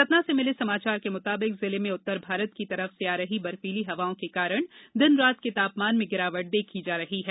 सतना से मिले समाचार के मुताबिक जिले में उत्तर भारत की तरफ से आ रही बर्फीली हवाओं के कारण दिन रात के तापमान में गिरावट देखी जा रही है